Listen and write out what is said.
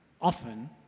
Often